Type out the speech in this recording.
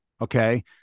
okay